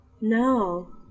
no